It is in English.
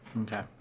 Okay